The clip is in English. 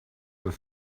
were